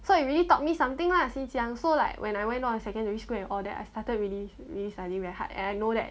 so it really taught me something lah since young so like when I went to secondary school and all that I started really really studying very hard and I know that